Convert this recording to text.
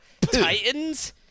Titans